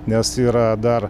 nes yra dar